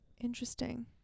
interesting